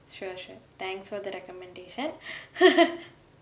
sure sure thanks for the recommendation